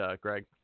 Greg